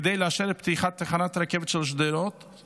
כדי לאשר את פתיחת תחנת הרכבת של שדרות,